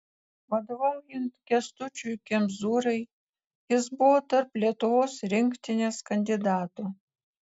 vadovaujant kęstučiui kemzūrai jis buvo tarp lietuvos rinktinės kandidatų